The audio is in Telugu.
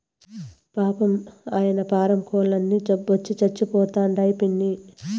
పాపం, ఆయన్న పారం కోల్లన్నీ జబ్బొచ్చి సచ్చిపోతండాయి పిన్నీ